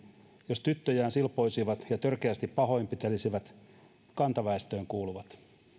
jos tyttöjään silpoisivat ja törkeästi pahoinpitelisivät kantaväestöön kuuluvat